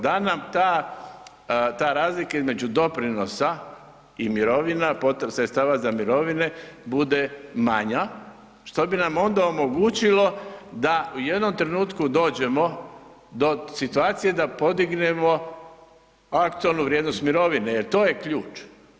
Da nam ta razlika između doprinosa i sredstava za mirovine bude manja, što bi nam onda omogućilo da u jednom trenutku dođemo do situacije da podignemo aktualnu vrijednost mirovine jer to je ključ.